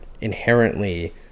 inherently